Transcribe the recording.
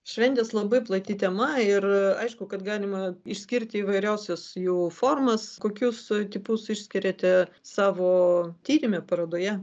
šventės labai plati tema ir aišku kad galima išskirti įvairiausias jų formas kokius tipus išskiriate savo tyrime parodoje